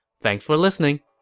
thanks for listening!